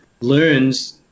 learns